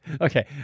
Okay